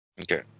Okay